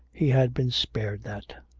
he had been spared that!